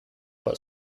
but